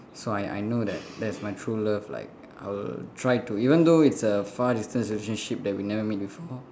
so I I know that that is my true love like I will try to even though it's a far distance relationship that we never meet before